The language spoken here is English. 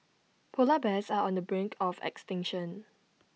Polar Bears are on the brink of extinction